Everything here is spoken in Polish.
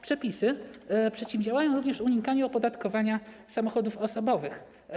Przepisy przeciwdziałają również unikaniu opodatkowania samochodów osobowych.